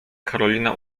karolina